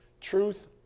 Truth